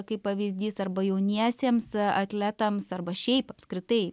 kaip pavyzdys arba jauniesiems atletams arba šiaip apskritai